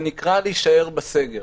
זה נקרא להישאר בסגר.